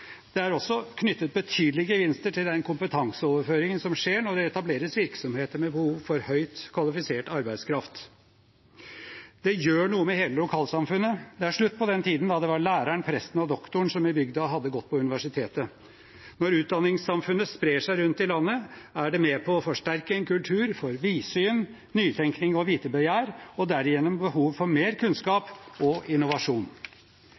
Det er også knyttet betydelige gevinster til den kompetanseoverføringen som skjer når det etableres virksomheter med behov for høyt kvalifisert arbeidskraft. Det gjør noe med hele lokalsamfunnet. Det er slutt på den tiden da det var læreren, presten og doktoren i bygda som hadde gått på universitetet. Når utdanningssamfunnet sprer seg rundt i landet, er det med på å forsterke en kultur for vidsyn, nytenkning og vitebegjær og derigjennom behov for mer kunnskap og innovasjon.